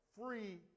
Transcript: free